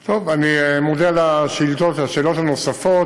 טוב, אני מודה על השאילתות, השאלות הנוספות.